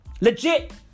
Legit